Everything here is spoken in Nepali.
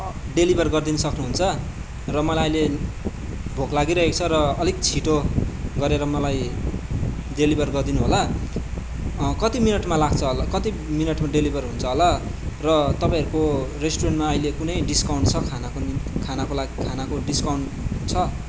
डेलिभर गरिदिनु सक्नुहुन्छ र मलाई अहिले भोक लागिरहेको छ र अलिक छिटो गरेर मलाई डेलिभर गरिदिनु होला कति मिनटमा लाग्छ होला कति मिनटमा डेलिभर हुन्छ होला र तपाईँहरूको रेस्टुरेन्टमा अहिले कुनै डिसकाउन्ट छ खानाको निम्ति खानाको लागि खानाको डिसकाउन्ट छ